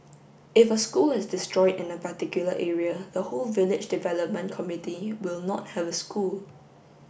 if a school is destroyed in a particular area the whole village development committee will not have a school